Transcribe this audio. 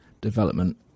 development